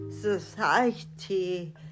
society